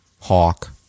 hawk